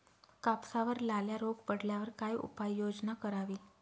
कापसावर लाल्या रोग पडल्यावर काय उपाययोजना करावी?